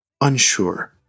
unsure